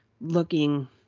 looking